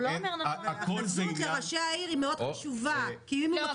אבל להקים מפגע סביבתי,